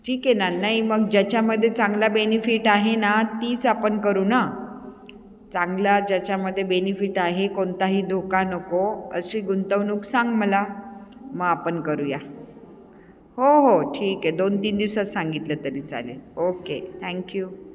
ठीक आहे ना नाही मग ज्याच्यामध्ये चांगला बेनिफिट आहे ना तीच आपण करू ना चांगला ज्याच्यामध्ये बेनिफिट आहे कोणताही धोका नको अशी गुंतवणूक सांग मला मग आपण करूया हो हो ठीक आहे दोन तीन दिवसात सांगितलं तरी चालेल ओके थँक्यू